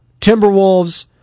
Timberwolves